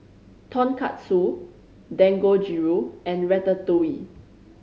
Tonkatsu Dangojiru and Ratatouille